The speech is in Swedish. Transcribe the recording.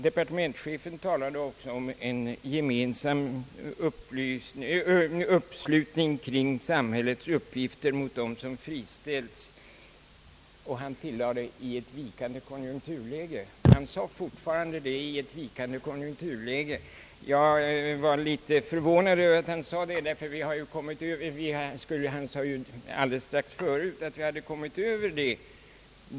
Departementschefen talade också om en gemensam uppslutning när det gäller samhällets uppgifter för att hjälpa dem som har friställts, och han tillade: »i ett vikande konjunkturläge». Han använde alltså fortfarande uttrycket: »i ett vikande konjunkturläge». Jag blev litet förvånad över att han sade detta, ty strax innan anförde han att vi hade kommit över denna period.